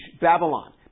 Babylon